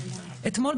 אתמול,